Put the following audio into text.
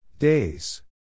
Days